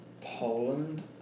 Poland